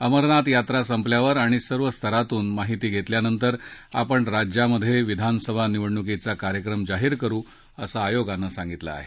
अमरनाथ यात्रा संपल्यावर आणि सर्व स्तरातून माहिती घेतल्यानंतर आपण राज्यात विधानसभा निवडणुकीचा कार्यक्रम जाहीर करु असं आयोगानं सांगितलंय